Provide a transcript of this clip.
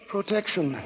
protection